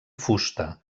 fusta